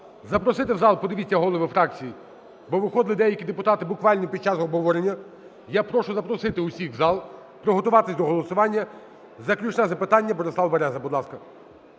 запросити в зал, подивіться, голови фракцій, бо виходили деякі депутати буквально під час обговорення. Я прошу запросити всіх у зал, приготуватись до голосування. Заключне запитання, Борислав Береза, будь ласка.